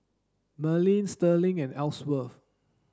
Merlin Sterling and Elsworth